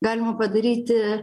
galima padaryti